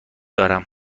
دارم